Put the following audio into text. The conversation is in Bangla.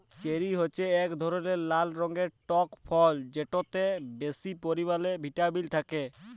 চেরি হছে ইক ধরলের লাল রঙের টক ফল যেটতে বেশি পরিমালে ভিটামিল থ্যাকে